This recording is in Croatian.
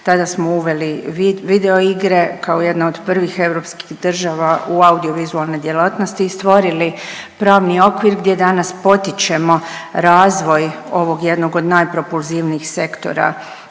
tada smo uveli video igre kao jedna od prvih europskih država u audiovizualne djelatnosti i stvorili pravni okvir gdje danas potičemo razvoj ovog jednog od najpropulzivnijih sektora